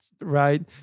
right